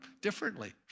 differently